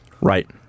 Right